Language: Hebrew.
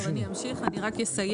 אז אני אמשיך, אני רק אסיים.